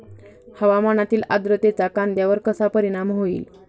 हवामानातील आर्द्रतेचा कांद्यावर कसा परिणाम होईल?